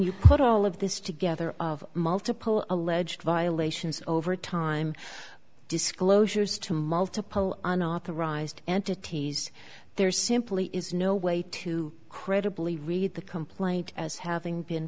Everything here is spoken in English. you put all of this together of multiple alleged violations over time disclosures to multiple unauthorized entities there simply is no way to credibly read the complaint as having been